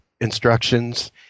instructions